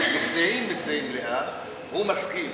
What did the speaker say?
המציעים מציעים מליאה והוא מסכים.